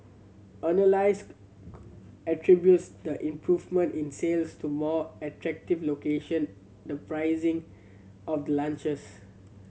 analyst attributes the improvement in sales to more attractive location the pricing of the launches